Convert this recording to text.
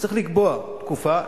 צריך לקבוע תקופה.